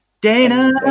Dana